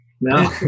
no